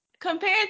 compared